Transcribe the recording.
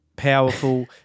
powerful